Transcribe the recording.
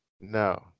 no